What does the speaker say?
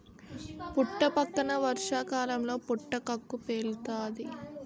పుట్టపక్కన వర్షాకాలంలో పుటకక్కు పేలుతాది